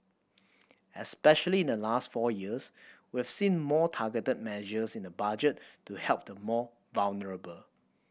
especially in the last four years we've seen more targeted measures in the Budget to help the more vulnerable